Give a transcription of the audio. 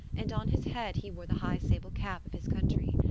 and on his head he wore the high sable cap of his country.